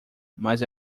mas